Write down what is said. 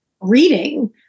reading